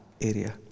area